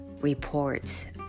reports